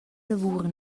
lavur